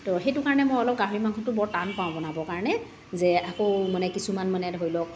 ত' সেইটো কাৰণে মই অলপ গাহৰি মাংসটো বৰ টান পাওঁ বনাব কাৰণে যে আকৌ মানে কিছুমান মানে ধৰি লওক